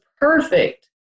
perfect